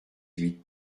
huit